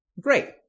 Great